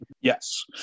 Yes